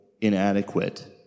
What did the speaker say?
inadequate